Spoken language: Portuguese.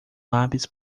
lápis